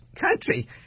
country